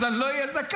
אז אני לא אהיה זכאי.